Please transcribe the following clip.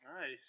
Nice